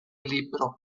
libro